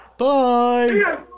Bye